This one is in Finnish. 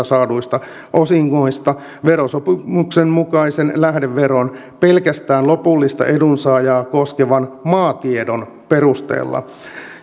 saaduista osingoista verosopimuksen mukaisen lähdeveron pelkästään lopullista edunsaajaa koskevan maatiedon perusteella